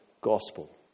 gospel